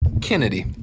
Kennedy